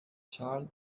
charred